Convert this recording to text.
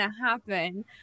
happen